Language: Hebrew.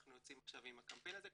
אנחנו יוצאים עכשיו עם הקמפיין הזה,